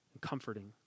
comforting